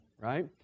right